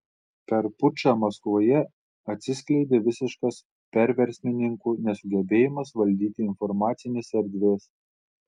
per pučą maskvoje atsiskleidė visiškas perversmininkų nesugebėjimas valdyti informacinės erdvės